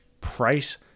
price